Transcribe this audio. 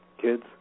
kids